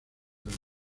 del